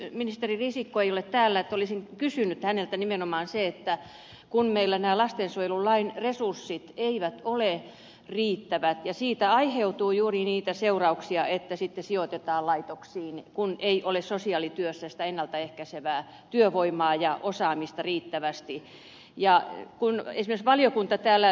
ministeri risikko ei ole täällä mutta olisin kysynyt häneltä nimenomaan siitä että kun meillä lastensuojelun resurssit eivät ole riittävät siitä aiheutuu juuri niitä seurauksia että sitten sijoitetaan laitoksiin kun ei ole sosiaalityössä sitä ennalta ehkäisevää työvoimaa ja osaamista riittävästi ja kun veisi valiokunta täällä